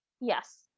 Yes